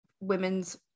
women's